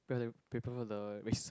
prepare them prepare for the risk